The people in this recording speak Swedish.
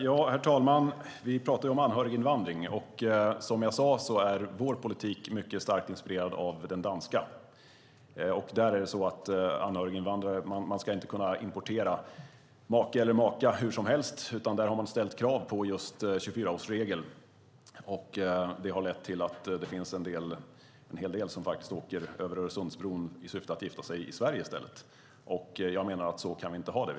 Herr talman! Vi talar om anhöriginvandring, och som jag sade är vår politik mycket starkt inspirerad av den danska. Där är det så att man inte ska kunna importera make eller maka hur som helst, utan där har man ställt krav genom just 24-årsregeln. Det har lett till att en hel del åker över Öresundsbron i syfte att gifta sig i Sverige i stället. Jag menar att så kan vi inte ha det.